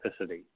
specificity